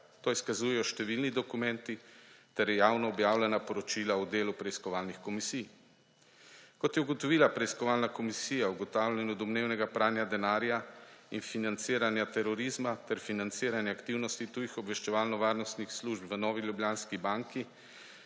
To izkazujejo številni dokumenti ter javno objavljena poročila o delu preiskovalnih komisij. Kot je ugotovila Preiskovalna komisija o ugotavljanju domnevnega pranja denarja in financiranja terorizma ter financiranja aktivnosti tujih obveščevalno-varnostnih služb v Novi Ljubljanski banki